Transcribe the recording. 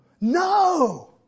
No